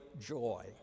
joy